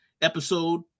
episode